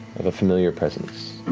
of a familiar presence.